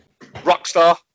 Rockstar